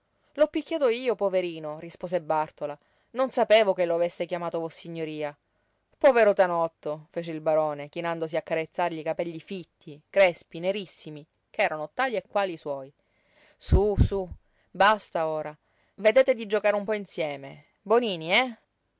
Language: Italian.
l'ho picchiato io poverino rispose bàrtola non sapevo che lo avesse chiamato vossignoria povero tanotto fece il barone chinandosi a carezzargli i capelli fitti crespi nerissimi ch'erano tali e quali i suoi sú sú basta ora vedete di giocare un po insieme bonini eh